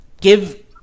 give